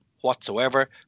whatsoever